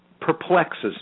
perplexes